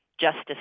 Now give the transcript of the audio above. justice